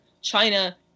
China